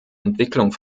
entwicklung